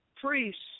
priests